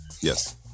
Yes